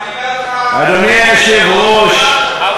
אני אומר לך, אתה לא, להשתמש בהם.